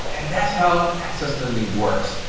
and that's how access lending works.